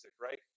right